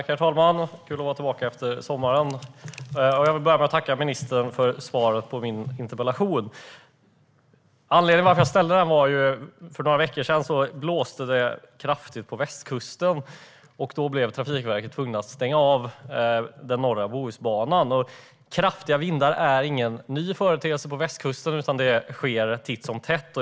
Herr talman! Det är kul att vara tillbaka efter sommaren! Jag vill börja med att tacka statsrådet för svaret på min interpellation. Anledningen till att jag ställde interpellationen är att Trafikverket tvingades stänga av den norra delen av Bohusbanan när det för några veckor sedan blåste kraftigt på västkusten. Kraftiga vindar är ingen ny företeelse på västkusten, utan det sker titt som tätt.